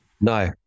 No